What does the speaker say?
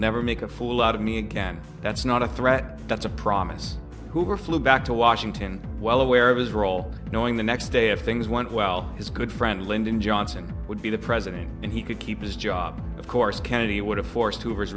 never make a fool out of me again that's not a threat that's a promise who flew back to washington well aware of his role knowing the next day if things went well his good friend lyndon johnson would be the president and he could keep his job of course kennedy would have forced hoover's